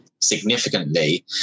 significantly